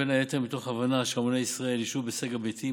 ובין היתר מתוך הבנה שהמוני ישראלים ישהו בסגר ביתי,